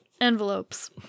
envelopes